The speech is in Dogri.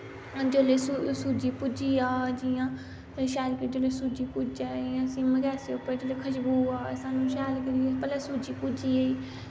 जिसले सूज्जी भुज्जी जा जियां शैल जिसलै सूज्जी भुज्जै इयां सिम गैस उप्पर जिसलै खशबू आ स्हानू शैल करियै भला सूजी भुज्जी गेई